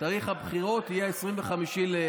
תאריך הבחירות יהיה 25 באוקטובר.